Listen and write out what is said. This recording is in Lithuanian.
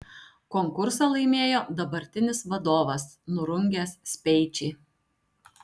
konkursą laimėjo dabartinis vadovas nurungęs speičį